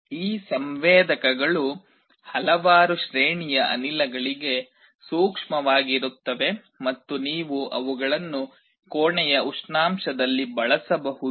ಈ ಸಂವೇದಕಗಳು ಹಲವಾರು ಶ್ರೇಣಿಯ ಅನಿಲಗಳಿಗೆ ಸೂಕ್ಷ್ಮವಾಗಿರುತ್ತವೆ ಮತ್ತು ನೀವು ಅವುಗಳನ್ನು ಕೋಣೆಯ ಉಷ್ಣಾಂಶದಲ್ಲಿ ಬಳಸಬಹುದು